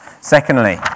Secondly